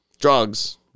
Drugs